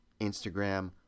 Instagram